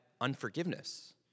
unforgiveness